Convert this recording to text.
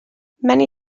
many